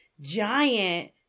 giant